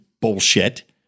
bullshit